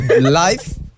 Life